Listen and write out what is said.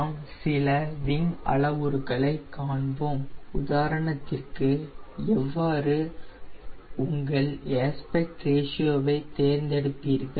நாம் சில விங் அளவுருக்களை காண்போம் உதாரணத்திற்கு எவ்வாறு நீங்கள் உங்கள் ஏஸ்பக்ட் ரேஷியோவை தேர்ந்தெடுப்பீர்கள்